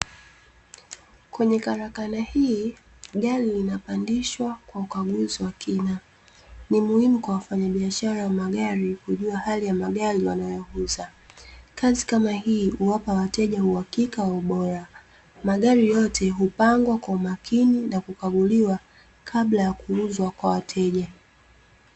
Kwenye karakana hii, gari linapandishwa kwa ukaguzi wa kina, ni muhimu kwa wafanyabiashara wa magari kujua hali ya magari wanayouza, kazi kama hii huwapa wateja uhakika wa ubora. Magari yote hupangwa kwa umakini na kukaguliwa kabla ya kuuzwa kwa wateja.